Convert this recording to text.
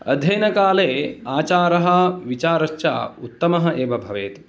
अध्ययनकाले आचारः विचारश्च उत्तमः एव भवेत्